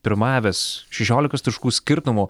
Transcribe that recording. pirmavęs šešiolikos taškų skirtumu